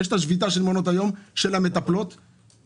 יש את השביתה של המטפלות במעונות היום,